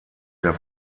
der